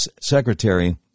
Secretary